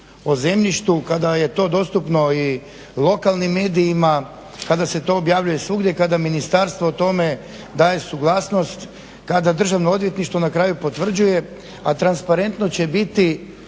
o zemljištu kada je to dostupno i lokalnim medijima kada se to objavljuje svugdje, kada ministarstvo o tome daje suglasnost, kada Državno odvjetništvo na kraju potvrđuje. A transparentno će biti